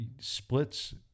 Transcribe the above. splits